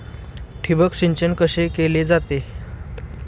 ठिबक सिंचन कसे केले जाते?